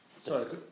sorry